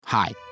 Hi